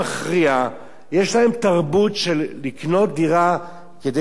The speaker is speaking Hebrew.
יש להם תרבות של לקנות דירה כדי לחיות ולהתפרנס.